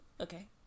Okay